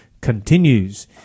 continues